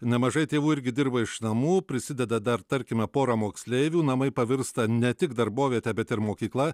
nemažai tėvų irgi dirba iš namų prisideda dar tarkime pora moksleivių namai pavirsta ne tik darboviete bet ir mokykla